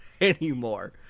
anymore